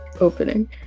opening